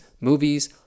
movies